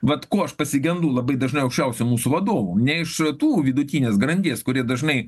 vat ko aš pasigendu labai dažnai aukščiausių mūsų vadovų ne iš tų vidutinės grandies kurie dažnai